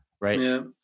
right